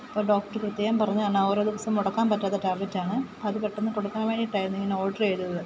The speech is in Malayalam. അപ്പം ഡോക്ടറ് പ്രത്യേകം പറഞ്ഞതാണ് ആ ഓരോ ദിവസം മുടക്കാൻ പറ്റാത്ത ടാബ്ലറ്റാണ് അത് പെട്ടെന്ന് കൊടുക്കാൻ വേണ്ടിയിട്ടായിരുന്നു ഇങ്ങനെ ഓഡർ ചെയ്തത്